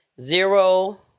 Zero